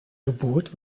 geburt